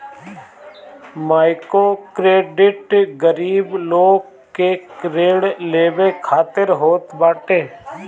microcredit गरीब लोग के ऋण लेवे खातिर होत बाटे